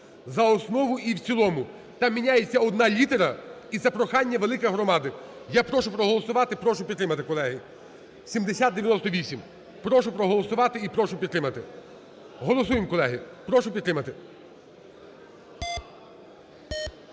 за основу і в цілому. Там міняється одна літера і це прохання велике громади. Я прошу проголосувати, прошу підтримати, колеги, 7098, прошу проголосувати і прошу підтримати. Голосуємо, колеги. Прошу підтримати.